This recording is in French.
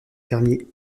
fermiers